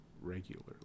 Regularly